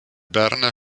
berner